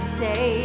say